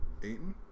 Aiton